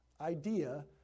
idea